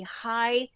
high